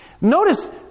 Notice